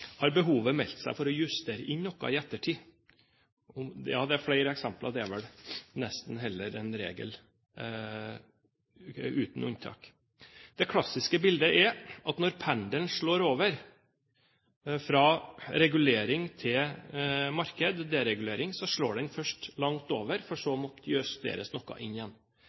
har behovet meldt seg for å justere inn noe i ettertid. Ja, det er flere eksempler, det er vel nesten heller en regel uten unntak. Det klassiske bildet er at når pendelen slår over fra regulering til marked, deregulering, så slår den først langt over, for så å måtte justeres noe inn igjen.